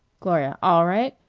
gloria all right.